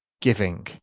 giving